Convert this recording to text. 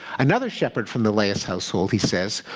another shepherd from the laius household, he says,